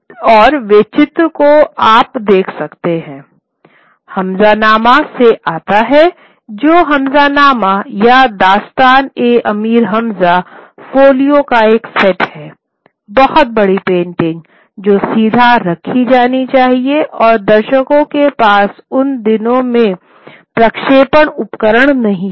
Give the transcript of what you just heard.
और ये चित्र जो आप देख रहे हैं हमज़ानामा से आते है जो हमज़ानामा या दास्तान ए अमीर हमज़ा फोलियो का एक सेट है बहुत बड़ी पेंटिंग जो सीधा रखी जानी चाहिए और दर्शकों के पास उन दिनो में प्रक्षेपण उपकरण नहीं थे